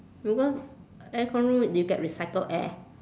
because aircon room you get recycled air